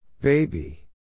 baby